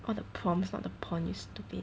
all the prompts not the porn you stupid